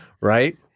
Right